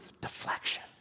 deflection